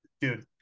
Dude